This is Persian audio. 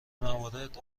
موارد